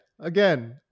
again